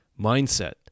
Mindset